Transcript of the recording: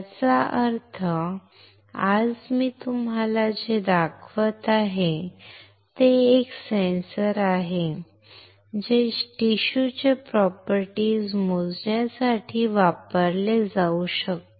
याचा अर्थ आज मी तुम्हाला जे दाखवत आहे ते एक सेन्सर आहे जे टिश्यू चे प्रॉपर्टीज मोजण्यासाठी वापरले जाऊ शकते